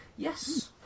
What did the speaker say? Yes